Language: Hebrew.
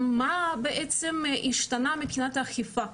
מה בעצם השתנה מבחינת האכיפה?